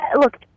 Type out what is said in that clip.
look